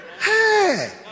Hey